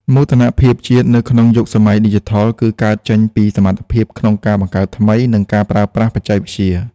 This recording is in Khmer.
មោទនភាពជាតិនៅក្នុងយុគសម័យឌីជីថលគឺកើតចេញពីសមត្ថភាពក្នុងការបង្កើតថ្មី និងការប្រើប្រាស់បច្ចេកវិទ្យា។